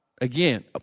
Again